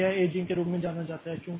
तो यह एजिंग के रूप में जाना जाता है